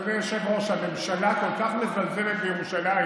אדוני היושב-ראש, הממשלה כל כך מזלזלת בירושלים